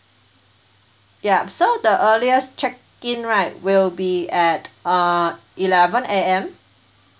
yup so the earliest check in right will be at uh eleven A_M